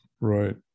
Right